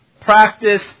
practice